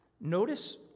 Notice